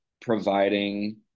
providing